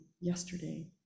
yesterday